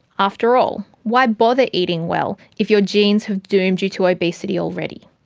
after all, why bother eating well if your genes have doomed you to obesity already?